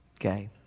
Okay